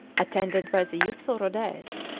attended by the useful rhodez,